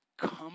come